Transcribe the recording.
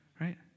Right